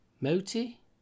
moti